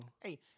Hey